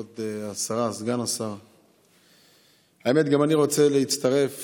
כבוד השרה, סגן השר, האמת, גם אני רוצה להצטרף